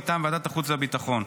מטעם ועדת החוץ והביטחון.